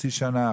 חצי שנה?